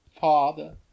Father